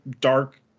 dark